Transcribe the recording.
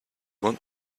want